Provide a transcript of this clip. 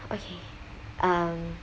okay um